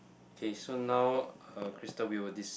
okay so now uh crystal we'll des~